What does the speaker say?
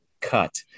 cut